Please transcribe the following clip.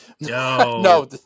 no